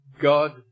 God